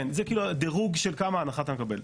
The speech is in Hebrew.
כן, זה כאילו הדירוג של כמה הנחה אתה מקבל.